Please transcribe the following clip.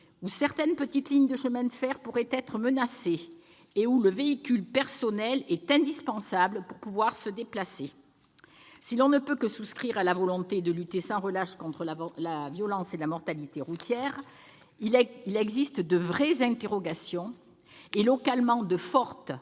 où certaines petites lignes de chemin de fer pourraient être menacées, et où le véhicule personnel est indispensable pour pouvoir se déplacer. Si l'on ne peut que souscrire à la volonté de lutter sans relâche contre la violence et la mortalité routières, il existe de vraies interrogations et, localement, de fortes,